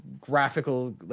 graphical